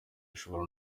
ashobora